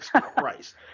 Christ